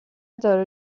داره